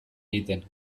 egiten